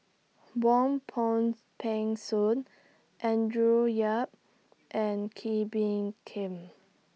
Wong Peng Soon Andrew Yip and Kee Bee Khim